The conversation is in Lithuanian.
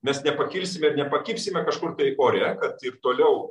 mes nepakilsime ir nepakibsime kažkur tai ore kad ir toliau